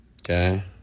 Okay